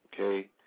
Okay